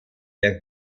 der